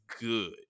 good